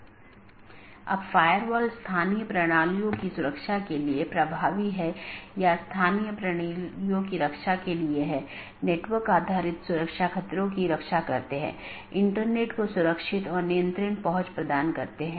इसके बजाय हम जो कह रहे हैं वह ऑटॉनमस सिस्टमों के बीच संचार स्थापित करने के लिए IGP के साथ समन्वय या सहयोग करता है